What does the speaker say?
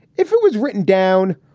if it was written down,